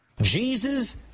Jesus